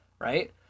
right